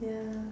yeah